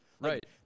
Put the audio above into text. Right